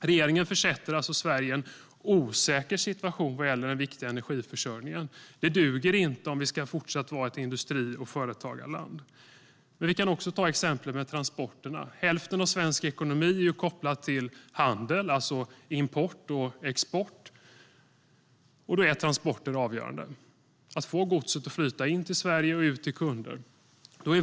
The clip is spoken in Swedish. Regeringen försätter alltså Sverige i en osäker situation vad gäller den viktiga energiförsörjningen. Det duger inte om vi fortsatt ska vara ett industri och företagarland. Vi kan också ta exemplet med transporterna. Hälften av svensk ekonomi är kopplad till handel, alltså import och export. Då är transporter avgörande. Det handlar om att få godset att flyta in till Sverige och ut till kunder.